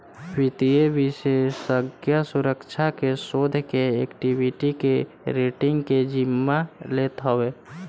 वित्तीय विषेशज्ञ सुरक्षा के, शोध के, एक्वीटी के, रेटींग के जिम्मा लेत हवे